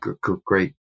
great